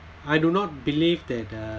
I do not believe that uh